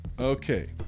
okay